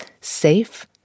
safe